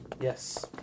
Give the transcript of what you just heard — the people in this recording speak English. Yes